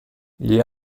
gli